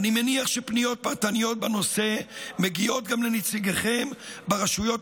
אני מניחה שפניות פרטניות בנושא מגיעות גם לנציגיכם ברשויות המקומיות.